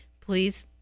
please